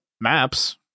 maps